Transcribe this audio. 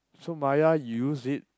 so Maya you use it